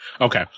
okay